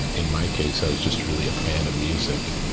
in my case, i was just really a fan of music,